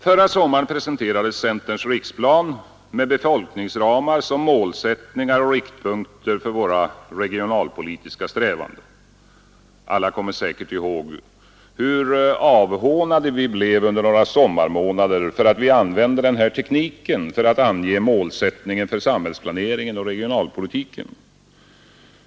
Förra sommaren presenterades centerns riksplan med befolkningsramar som målsättningar och riktpunkter för våra regionalpolitiska strävanden. Alla kommer säkert ihåg hur avhånade vi blev under några sommarmånader för att vi använde den här tekniken för att ange målsättningen för samhällsplaneringen och regionalpolitiken.